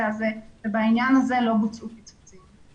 הזה ובעניין הזה לא בוצעו קיצוצים.